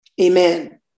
Amen